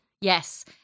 Yes